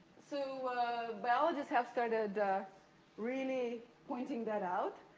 so biologists have started really pointing that out,